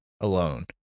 alone